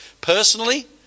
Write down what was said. Personally